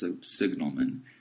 signalman